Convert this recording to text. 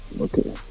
Okay